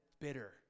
bitter